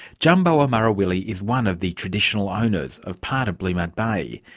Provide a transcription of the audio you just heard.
djambawa marawili is one of the traditional owners of part of blue mud bay,